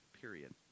period